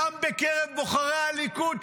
גם בקרב בוחרי הליכוד,